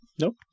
nope